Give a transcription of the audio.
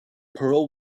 pearl